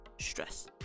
stress